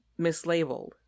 mislabeled